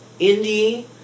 Indie